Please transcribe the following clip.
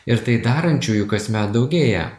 ir tai darančiųjų kasmet daugėja